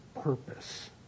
purpose